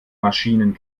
maschinen